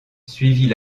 suivit